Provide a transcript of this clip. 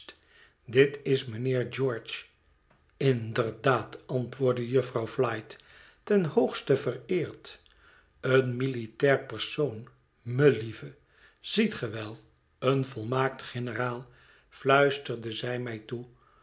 dit is mijnheer george in der daad antwoordde jufvrouw flite ten hoogste vereerd een militair persoon melieve ziet ge wel een volmaakt generaal fluisterde zij mij toe